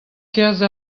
kerzh